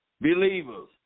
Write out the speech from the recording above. believers